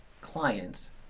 clients